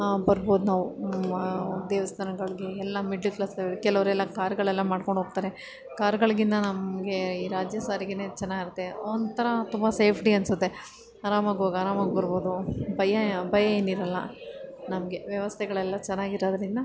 ಬರ್ಬೋದು ನಾವು ದೇವಸ್ಥಾನಗಳಿಗೆ ಎಲ್ಲ ಮಿಡ್ಲ್ ಕ್ಲಾಸ್ ಕೆಲವರೆಲ್ಲ ಕಾರ್ಗಳೆಲ್ಲ ಮಾಡ್ಕೊಂಡೋಗ್ತಾರೆ ಕಾರ್ಗಳಿಗಿಂತ ನಮಗೆ ಈ ರಾಜ್ಯ ಸಾರಿಗೆಯೇ ಚೆನ್ನಾಗಿರುತ್ತೆ ಒಂಥರ ತುಂಬ ಸೇಫ್ಟಿ ಅನ್ನಿಸುತ್ತೆ ಆರಾಮಾಗಿ ಹೋಗಿ ಆರಾಮಾಗಿ ಬರ್ಬೋದು ಭಯ ಭಯ ಏನಿರಲ್ಲ ನಮಗೆ ವ್ಯವಸ್ಥೆಗಳೆಲ್ಲ ಚೆನ್ನಾಗಿರೋದರಿಂದ